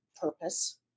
purpose